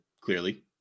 clearly